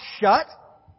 shut